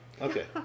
Okay